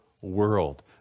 world